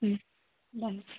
हं चालेल